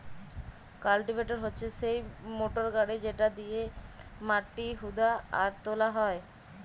cultivator হচ্যে সিই motor গাড়ি যেটা দিয়েক মাটি হুদা আর তোলা হয়